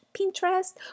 Pinterest